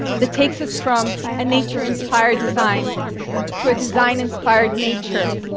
that takes us from a nature-inspired design to a design-inspired nature,